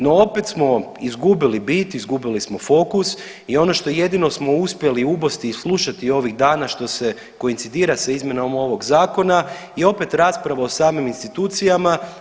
No, opet smo izgubili bit, izgubili smo fokus i ono što jedino smo uspjeli ubosti i slušati ovih dana što se koincidira sa izmjenama ovog zakona je opet rasprava o samim institucijama.